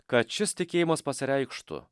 kad šis tikėjimas pasireikštų